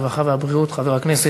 גם חבר הכנסת